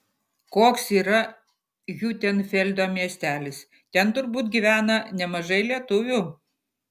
koks yra hiutenfeldo miestelis ten turbūt gyvena nemažai lietuvių